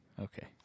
Okay